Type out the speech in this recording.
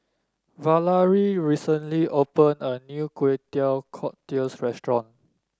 Valarie recently opened a new Kway Teow Cockles restaurant